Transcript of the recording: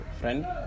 friend